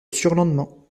surlendemain